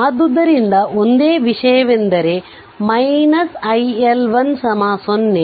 ಆದ್ದರಿಂದ ಒಂದೇ ವಿಷಯವೆಂದರೆ iL1 0